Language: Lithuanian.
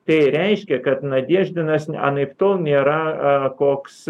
tai reiškia kad nadeždinas anaiptol nėra koks